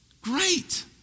great